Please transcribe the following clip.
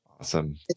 Awesome